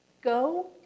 Go